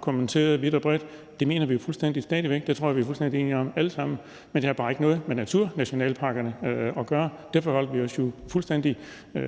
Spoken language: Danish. kommenterede vidt og bredt – det mener vi fuldstændig stadig væk, det tror jeg vi alle sammen er fuldstændig enige om – har ikke noget med naturnationalparkerne at gøre. Det forholdt vi os jo alle sammen fuldstændig